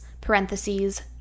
parentheses